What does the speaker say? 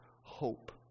hope